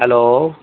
hello